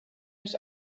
his